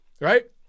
right